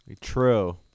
True